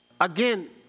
again